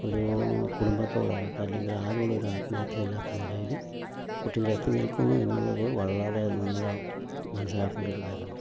ഒരു കുടുംബത്തോടാകട്ടെ അല്ലെങ്കിലരോടൊരാത്മാർഥത ഇല്ലാത്ത നിലയിൽ കുട്ടികളെത്തി നിൽക്കുന്നു എന്നുള്ളത് വളരെ നമ്മൾ മനസ്സിലാക്കണ്ടൊരു കാര്യമാണ്